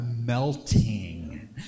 melting